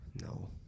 No